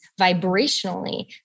vibrationally